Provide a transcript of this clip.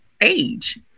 age